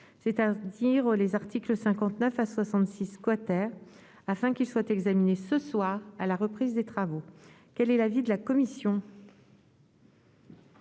c'est-à-dire des articles 59 à 66 , afin qu'il soit examiné ce soir, à la reprise de nos travaux. Quel est l'avis de la commission